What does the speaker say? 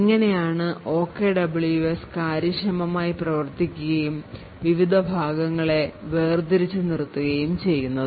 ഇങ്ങനെയാണു OKWS കാര്യക്ഷമമായി പ്രവർത്തിക്കുകയും വിവിധ ഭാഗങ്ങളെ വേർതിരിച്ച് നിർത്തുകയും ചെയ്യുന്നത്